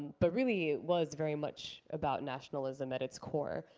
but really it was very much about nationalism at its core.